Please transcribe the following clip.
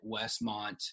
Westmont